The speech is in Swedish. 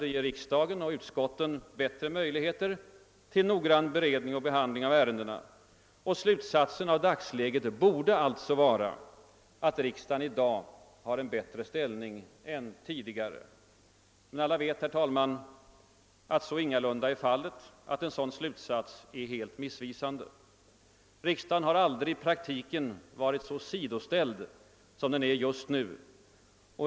Den ger riksdagen och utskotten bättre möjligheter till noggrann beredning och behandling av ärendena. Slutsatsen av dagsläget borde alltså vara att riksdagen i dag har en bättre ställning än tidigare. Alla vet emellertid, herr talman, att så ingalunda är fallet och att en sådan slutsats är helt missvisande. Riksdagen har aldrig tidigare i praktiken varit så åsidosatt som den är just nu.